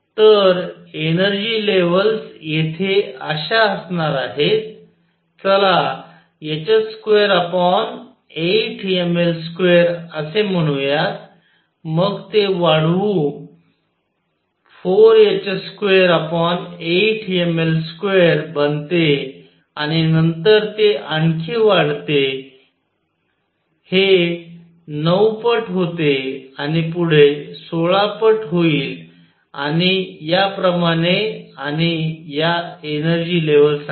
तर energy levels येथे अश्या असणार आहेत चला h28mL2 असे म्हणूयात मग ते वाढून 4h28mL2 बनते आणि नंतर ते आणखी वाढते हे 9 पट होते आणि पुढे 16 पट होईल आणि याप्रमाणे आणि या एनर्जी लेव्हल्स आहेत